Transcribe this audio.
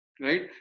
right